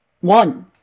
One